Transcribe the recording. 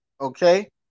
Okay